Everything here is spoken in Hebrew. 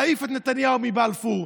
להעיף את נתניהו מבלפור,